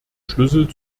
schlüssel